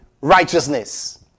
righteousness